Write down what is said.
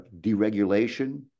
deregulation